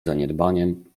zaniedbaniem